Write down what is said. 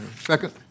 Second